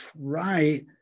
try